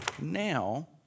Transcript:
Now